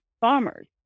farmers